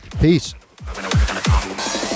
Peace